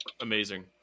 Amazing